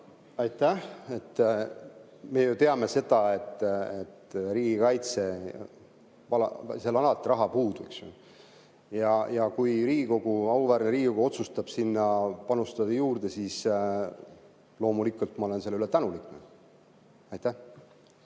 Aitäh! Me ju teame seda, et riigikaitses on alati raha puudu. Ja kui auväärne Riigikogu otsustab sinna panustada juurde, siis loomulikult ma olen selle üle tänulik. Aitäh!